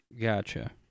Gotcha